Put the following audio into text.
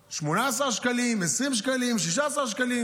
18 שקלים, 20 שקלים, 16 שקלים.